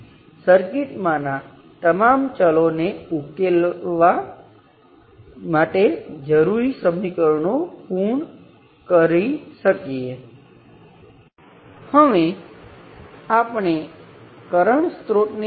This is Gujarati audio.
જો તમે સંદર્ભ નોડના સંદર્ભમાં સમાન વોલ્ટેજ પર હોય તેવા બે બિંદુઓ લો અને તેમને એકબીજા સાથે જોડો તો સર્કિટમાં વોલ્ટેજ અને કરંટ બદલાતા નથી